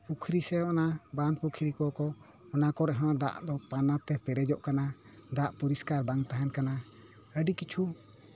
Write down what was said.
ᱯᱩᱠᱷᱨᱤ ᱥᱮ ᱵᱟᱸᱫᱷ ᱯᱩᱠᱷᱨᱤ ᱠᱚᱠᱚ ᱚᱱᱟ ᱠᱚᱨᱮ ᱦᱚᱸ ᱫᱟᱜ ᱫᱚ ᱯᱟᱱᱟᱛᱮ ᱯᱮᱨᱮᱡᱚᱜ ᱠᱟᱱᱟ ᱫᱟᱜ ᱯᱚᱨᱤᱥᱠᱟᱨ ᱵᱟᱝ ᱛᱟᱦᱮᱱ ᱠᱟᱱᱟ ᱟᱹᱰᱤ ᱠᱤᱪᱷᱩ